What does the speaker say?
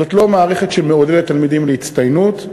זאת לא מערכת שמעודדת תלמידים להצטיינות,